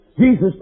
Jesus